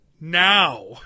now